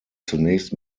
zunächst